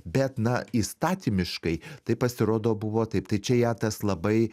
bet na įstatymiškai tai pasirodo buvo taip tai čia ją tas labai